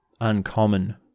uncommon